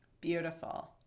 beautiful